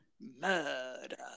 murder